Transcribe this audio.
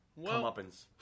comeuppance